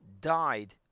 died